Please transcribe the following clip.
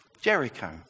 Jericho